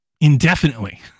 Indefinitely